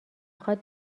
خواد